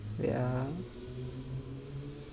wait ah